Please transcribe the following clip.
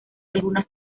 algunas